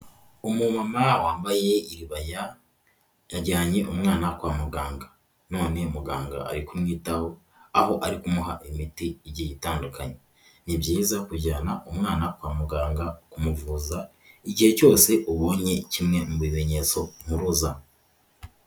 Umumama wambaye iribaya, yajyanye umwana kwa muganga, none muganga ari kumwitaho, aho ari kumuha imiti igihe itandukanye, ni byiza kujyana umwana kwa muganga kumuvuza igihe cyose ubonye kimwe mu bimenyetso mpuruza.